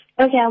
Okay